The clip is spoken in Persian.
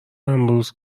امروز